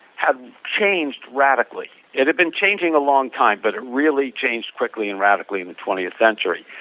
had changed radically. it had been changing a long time but it really changed quickly and radically in twentieth century,